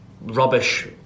rubbish